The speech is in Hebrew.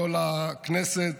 לא לכנסת